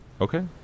Okay